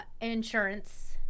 insurance